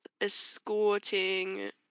escorting